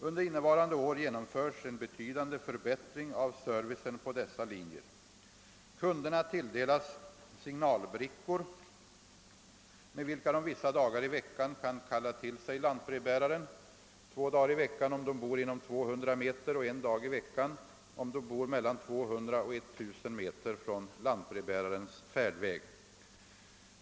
Under innevarande år genomförs en betydande förbättring av servicen på dessa linjer. Kunderna tilldelas signalbrickor med vilka de vissa dagar i veckan kan kalla till sig lantbrevbäraren — två dagar i veckan om de bor inom 200 meter och en dag i veckan om de bor mellan 200 och 1000 meter från lantbrevbärarens färdväg.